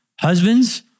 Husbands